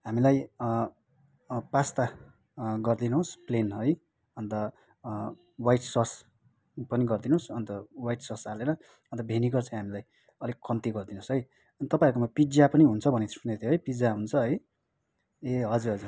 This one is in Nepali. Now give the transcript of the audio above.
हामीलाई पास्ता गरिदिनोस् प्लेन है अन्त वाइट सस् पनि गरिदिनोस् अन्त वाइट सस् हालेर अन्त भेनिगर चाहिँ हामीलाई अलिक कम्ति गरिदिनोस् है तपाईँहरूकोमा पिज्जा पनि हुन्छ भनेको सुनेको थिएँ है पिज्जा हुन्छ है ए हजुर हजुर